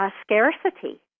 scarcity